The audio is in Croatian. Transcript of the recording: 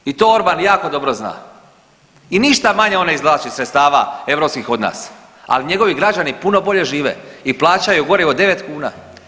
I to Orban jako dobro zna i ništa manje on ne izvlači sredstava europskih od nas, ali njegovi građani puno bolje žive i plaćaju gorivo 9 kuna.